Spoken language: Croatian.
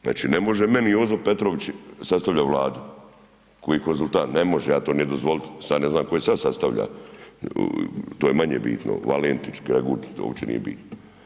Znači, ne može meni Jozo Petrović sastavljat Vladu koji je konzultant, ne može, ja to neću dozvolit, sad ne znam tko je sad sastavlja, to je manje bitno, Valentić, Gregurić, uopće nije bitno.